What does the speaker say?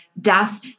death